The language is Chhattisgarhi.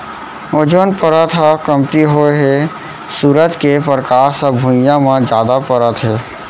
ओजोन परत ह कमती होए हे सूरज के परकास ह भुइयाँ म जादा परत हे